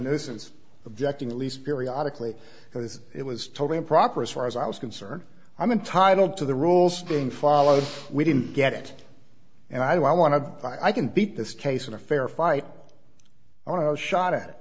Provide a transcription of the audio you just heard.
nuisance objecting at least periodically because it was totally improper as far as i was concerned i'm entitled to the rules being followed we didn't get it and i want to i can beat this case in a fair fight when i was shot at